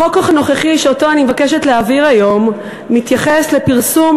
החוק הנוכחי שאני מבקשת להעביר היום מתייחס לפרסום